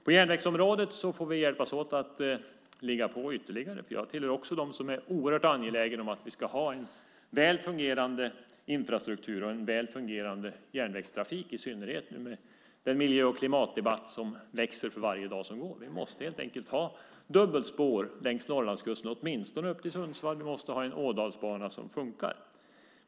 På järnvägsområdet får vi hjälpas åt och ligga på ytterligare. Också jag är oerhört angelägen om att vi ska ha en väl fungerande infrastruktur och framför allt en väl fungerande järnvägstrafik med tanke på den miljö och klimatdebatt som växer för varje dag som går. Vi måste helt enkelt ha dubbelspår längs Norrlandskusten, åtminstone upp till Sundsvall, och vi måste ha en ådalsbana som fungerar.